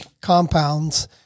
compounds